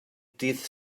dydd